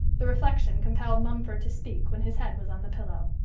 the reflection compelled mumford to speak when his head was on the pillow.